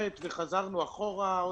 שואלת